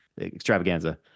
extravaganza